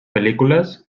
pel·lícules